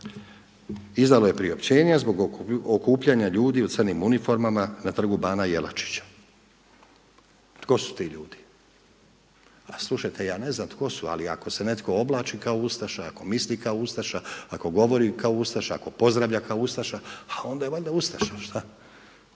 Izdalo je priopćenje zbog okupljanja ljudi u crnim uniformama na Trgu Bana Jelačića. Tko su ti ljudi? A slušajte, ja ne znam tko su ali ako se netko oblači kao ustaša, ako misli kao ustaša, ako govori kao ustaša, ako pozdravlja kao ustaša a onda je valjda ustaša. Oni